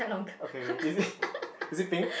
okay okay is it is it pink